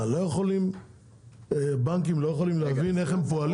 מה, בנקים לא יכולים להבין איך הם פועלים?